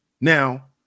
now